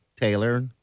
Taylor